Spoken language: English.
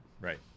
Right